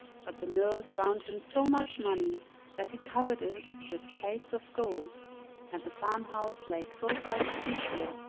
but the mill ground him so much money that he covered it with plates of gold and the farmhouse lay close by the sea-shore,